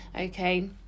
Okay